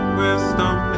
wisdom